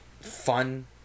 fun